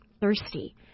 thirsty